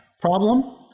problem